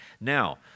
Now